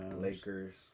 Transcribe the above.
Lakers